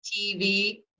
TV